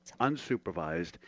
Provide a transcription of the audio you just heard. unsupervised